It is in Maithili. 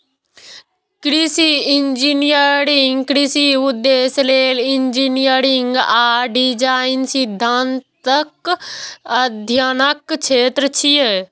कृषि इंजीनियरिंग कृषि उद्देश्य लेल इंजीनियरिंग आ डिजाइन सिद्धांतक अध्ययनक क्षेत्र छियै